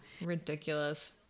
Ridiculous